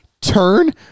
turn